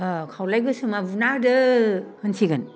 खावलाय गोसोमा बुना होदो होनसिगोन